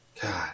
God